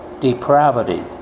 depravity